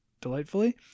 delightfully